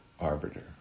arbiter